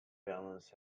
balance